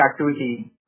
activity